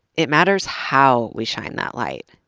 it matters how we shine that light.